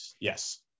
Yes